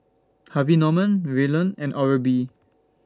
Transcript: Harvey Norman Revlon and Oral B